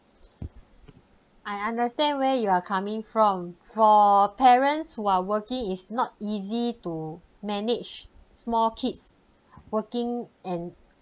I understand where you are coming from for parents who are working is not easy to manage small kids working and